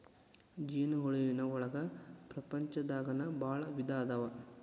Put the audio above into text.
ಜೇನ ಹುಳುವಿನ ಒಳಗ ಪ್ರಪಂಚದಾಗನ ಭಾಳ ವಿಧಾ ಅದಾವ